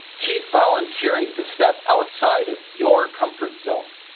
keep volunteering to step outside of your comfort zone.